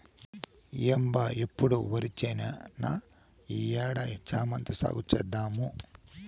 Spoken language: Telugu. ఏం బా ఎప్పుడు ఒరిచేనేనా ఈ ఏడు శామంతి సాగు చేద్దాము